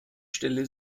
stelle